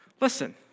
Listen